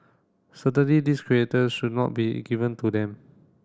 certainly should not be given to them